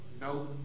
No